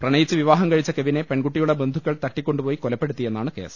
പ്രണ യിച്ച് വിവാഹം കഴിച്ച കെവിനെ പെൺകുട്ടിയുടെ ബന്ധുക്കൾ തട്ടിക്കൊണ്ടു പോയി കൊലപ്പെടുത്തിയെന്നാണ് കേസ്